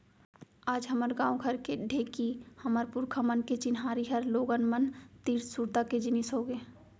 आज हमर गॉंव घर के ढेंकी हमर पुरखा मन के चिन्हारी हर लोगन मन तीर सुरता के जिनिस होगे